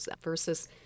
versus